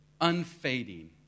unfading